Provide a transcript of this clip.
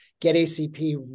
GetACP